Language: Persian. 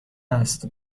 است